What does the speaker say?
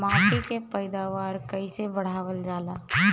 माटी के पैदावार कईसे बढ़ावल जाला?